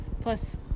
Plus